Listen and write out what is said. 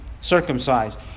circumcised